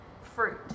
Fruit